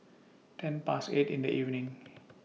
ten Past eight in The evening